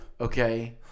Okay